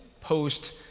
post